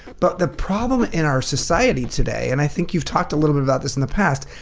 but the problem in our society today, and i think you talked a little bit about this in the past,